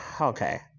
okay